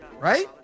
right